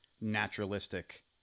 naturalistic